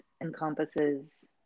encompasses